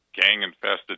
gang-infested